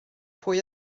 pwy